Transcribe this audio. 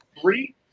three